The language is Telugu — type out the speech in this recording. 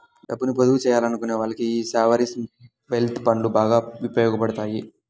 డబ్బుని పొదుపు చెయ్యాలనుకునే వాళ్ళకి యీ సావరీన్ వెల్త్ ఫండ్లు బాగా ఉపయోగాపడతాయి